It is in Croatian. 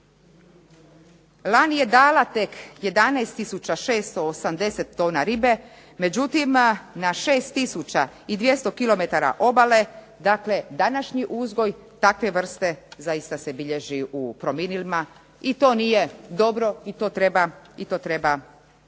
Lani je dala tek 11 tisuća 680 tona ribe, međutim na 6 tisuća i 200 km obale današnji uzgoj takve vrste zaista se bilježi u promilima. I to nije dobro i to treba mijenjati.